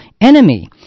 enemy